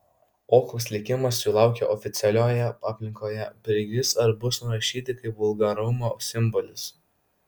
o koks likimas jų laukia oficialioje aplinkoje prigis ar bus nurašyti kaip vulgarumo simbolis